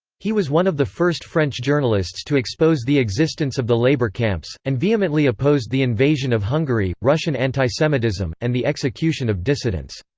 he was one of the first french journalists to expose the existence of the labor camps, and vehemently opposed the invasion of hungary, russian anti-semitism, and the execution of dissidents.